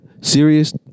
Serious